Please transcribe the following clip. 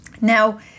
now